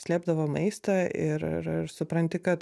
slėpdavo maistą ir ir ir supranti kad